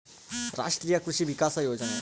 ರಾಷ್ಟ್ರೀಯ ಕೃಷಿ ವಿಕಾಸ ಯೋಜನೆ